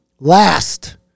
Last